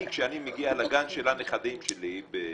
כשאני מגיע לגן של הנכדים שלי במודיעין,